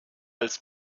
als